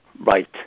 Right